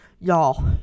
y'all